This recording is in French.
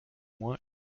moins